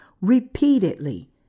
repeatedly